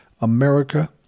America